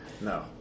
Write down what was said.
No